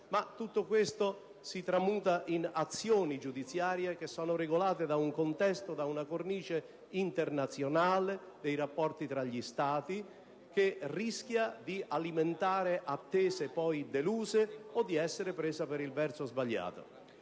Ma tutto questo si tramuta in azioni giudiziarie che sono regolate da un contesto, da una cornice internazionale dei rapporti tra gli Stati, che rischia di alimentare attese poi deluse o di essere prese per il verso sbagliato.